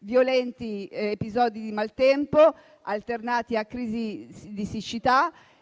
violenti episodi di maltempo alternati a crisi di siccità